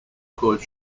chord